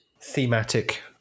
thematic